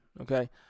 Okay